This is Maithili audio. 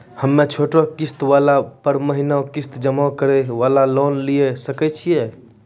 हम्मय छोटा किस्त वाला पर महीना किस्त जमा करे वाला लोन लिये सकय छियै?